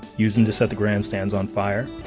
used em to set the grandstands on fire,